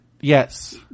yes